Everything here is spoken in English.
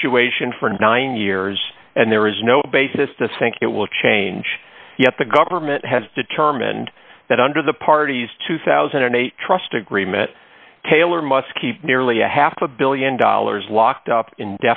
situation for nine years and there is no basis to think it will change yet the government has determined that under the party's two thousand and eight trust agreement taylor must keep nearly a half a one billion dollars locked up in